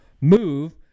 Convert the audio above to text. move